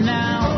now